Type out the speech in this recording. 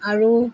আৰু